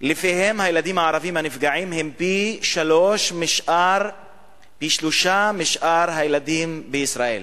ולפיהם הילדים הערבים נפגעים פי-שלושה משאר הילדים בישראל.